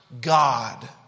God